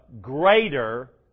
greater